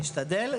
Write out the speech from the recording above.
אני אשתדל,